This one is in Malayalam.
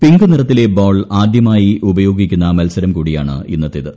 പിങ്ക് നിറത്തിലെ ബോൾ ആദ്യമായി ഉപയോഗിക്കുന്ന മത്സരം കൂടിയാണ് ഇന്നത്ത്ത്